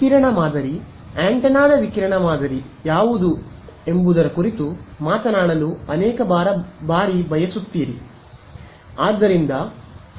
ವಿಕಿರಣ ಮಾದರಿ ಆಂಟೆನಾದ ವಿಕಿರಣ ಮಾದರಿ ಯಾವುದು ಎಂಬುದರ ಕುರಿತು ಮಾತನಾಡಲು ಅನೇಕ ಬಾರಿ ಬಯಸುತ್ತೀರಿ